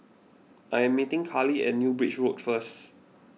I am meeting Carlie at New Bridge Road first